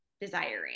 desiring